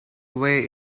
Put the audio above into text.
way